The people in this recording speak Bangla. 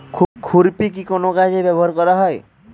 খুরপি কি কোন কাজে ব্যবহার করা হয়?